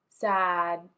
sad